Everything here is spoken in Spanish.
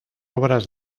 obras